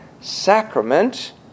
sacrament